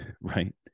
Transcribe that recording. right